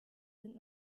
sind